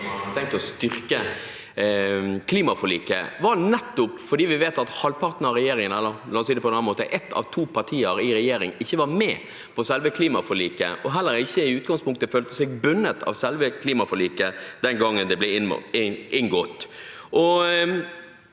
tenkt å styrke klimaforliket, var nettopp at vi vet at halvparten av regjeringen – la oss si det på en annen måte: ett av to partier i regjering – ikke var med på selve klimaforliket, og heller ikke i utgangspunktet følte seg bundet av selve klimaforliket den gangen det ble inngått.